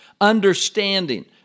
understanding